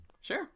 sure